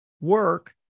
work